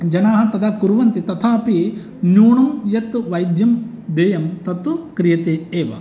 जनाः तदा कुर्वन्ति तथा अपि न्यूनं यद् वैद्यं देयं तत् क्रियते एव